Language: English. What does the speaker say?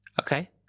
Okay